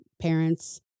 parents